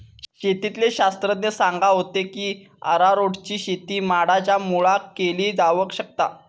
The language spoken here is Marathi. शेतीतले शास्त्रज्ञ सांगा होते की अरारोटची शेती माडांच्या मुळाक केली जावक शकता